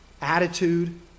attitude